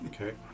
Okay